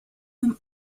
them